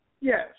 Yes